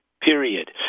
period